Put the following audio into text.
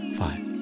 five